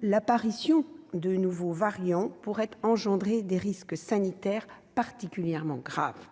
l'apparition de nouveaux variants pourrait susciter des risques sanitaires particulièrement graves.